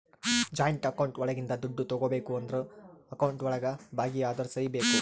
joint account ಒಳಗಿಂದ ದುಡ್ಡು ತಗೋಬೇಕು ಅಂದ್ರು ಅಕೌಂಟ್ ಒಳಗ ಭಾಗಿ ಅದೋರ್ ಸಹಿ ಬೇಕು